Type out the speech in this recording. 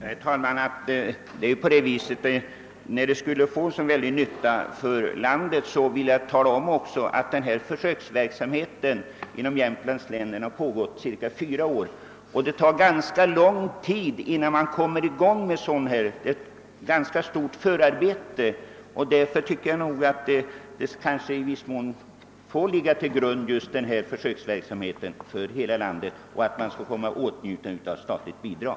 Herr talman! Eftersom denna försöksverksamhet skulle bli till så stor nytta för landet i dess helhet vill jag omtala att Jämtlandsundersökningen pågått i cirka fyra år. Det krävs ett ganska omfattande förarbete innan man kommer i gång med en sådan undersökning. Därför och på grund av att denna försöksverksamhet kanske kommer att få ligga till grund för undersökningar i hela landet tycker jag att man borde komma i åtnjutande av statligt bidrag.